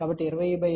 కాబట్టి 2050 0